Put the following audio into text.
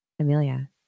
Amelia